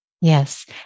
Yes